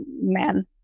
men